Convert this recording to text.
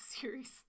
series